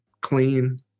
clean